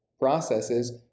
processes